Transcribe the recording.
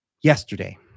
yesterday